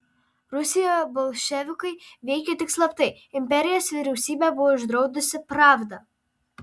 rusijoje bolševikai veikė tik slaptai imperijos vyriausybė buvo uždraudusi pravdą